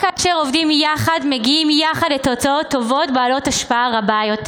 רק כאשר עובדים יחד מגיעים יחד לתוצאות טובות בעלות השפעה רבה יותר.